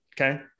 Okay